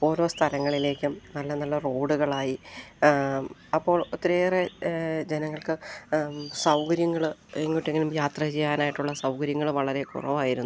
ഓരോ സ്ഥലങ്ങളിലേക്കും നല്ല നല്ല റോഡുകളായി അപ്പോൾ ഒത്തിരിയേറെ ജനങ്ങൾക്ക് സൗകര്യങ്ങള് എങ്ങോട്ടെങ്കിലും യാത്ര ചെയ്യാനായിട്ടുള്ള സൗകര്യങ്ങള് വളരെ കുറവായിരുന്നു